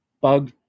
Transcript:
Bug